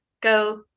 go